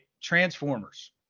Transformers